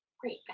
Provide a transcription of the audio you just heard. Great